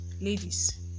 ladies